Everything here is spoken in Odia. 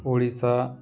ଓଡ଼ିଶା